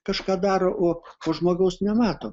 kažką daro o o žmogaus nemato